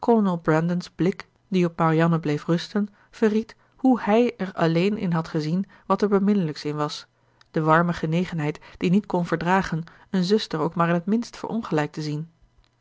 die op marianne bleef rusten verried hoe hij er alleen in had gezien wat er beminnelijks in was de warme genegenheid die niet kon verdragen een zuster ook maar in het minst verongelijkt te zien